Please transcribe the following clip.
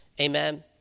Amen